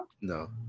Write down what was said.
No